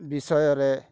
ବିଷୟରେ